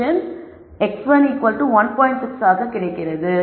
6 ஆக கிடைக்கிறது